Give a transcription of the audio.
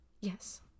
yes